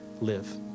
live